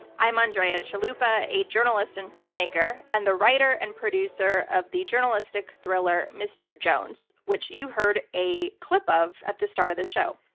i'm andrea chalupa, a journalist and filmmaker and the writer and producer of the journalistic thriller, mr. jones, which you heard a clip of at the start of the show.